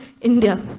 India